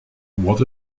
what